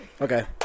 okay